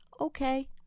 okay